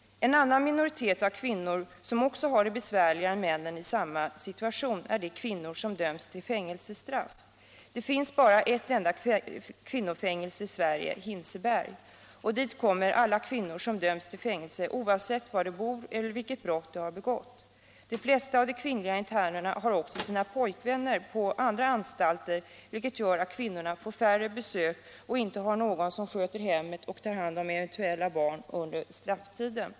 En annan minoritet av kvinnor, som också har det besvärligare än männen i samma situation, är de som dömts till fängelsestraff. Det finns bara ett enda kvinnofängelse i Sverige — Hinseberg — och dit kommer alla kvinnor som döms till fängelse, oavsett var de bor och vilket brott de har begått. De flesta kvinnliga internerna har också sina pojkvänner på andra anstalter, vilket gör att kvinnorna får färre besök och inte har någon som sköter hemmet och tar hand om eventuella barn under strafftiden.